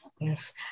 Yes